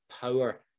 power